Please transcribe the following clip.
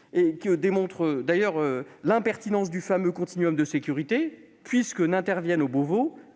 », qui démontre la non-pertinence du fameux « continuum de sécurité », puisque n'y interviennent